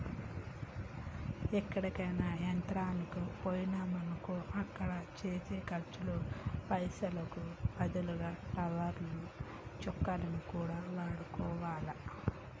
ఎక్కడికైనా యాత్రలకు బొయ్యినమనుకో అక్కడ చేసే ఖర్చుల్లో పైసలకు బదులుగా ట్రావెలర్స్ చెక్కులను కూడా వాడుకోవాలే